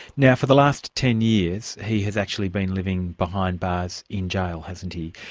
now for the last ten years, he has actually been living behind bars in jail, hasn't he?